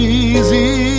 easy